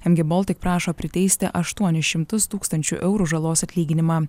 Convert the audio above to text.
mg baltic prašo priteisti aštuonis šimtus tūkstančių eurų žalos atlyginimą